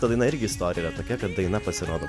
ta daina jinai irgi istorija tokia kad daina pasirodė